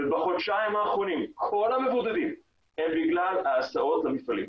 ובחודשיים האחרונים כל המבודדים הם בגלל ההסעות למפעלים.